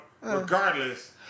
regardless